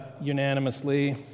unanimously